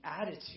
attitude